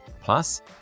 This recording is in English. Plus